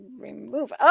remove